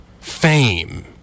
fame